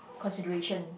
consideration